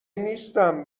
نیستم